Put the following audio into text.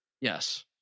Yes